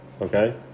Okay